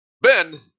Ben